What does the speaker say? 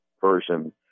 version